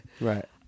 Right